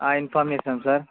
inform చేస్తాం sir